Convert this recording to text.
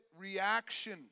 reaction